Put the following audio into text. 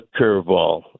curveball